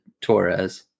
Torres